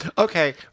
Okay